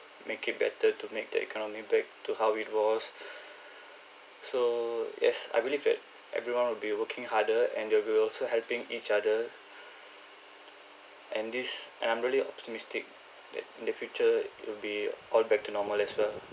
make it better to make the economy back to how it was so yes I believe that everyone will be working harder and they'll be also helping each other and this and I'm really optimistic that the future it'll be all back to normal as well